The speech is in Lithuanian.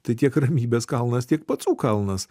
tai tiek ramybės kalnas tiek pacų kalnas